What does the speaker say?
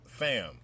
Fam